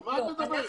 על מה את מדברת?